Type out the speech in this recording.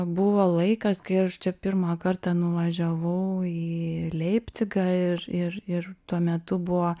buvo laikas kai aš čia pirmą kartą nuvažiavau į leipcigą ir ir ir tuo metu buvo